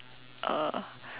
uh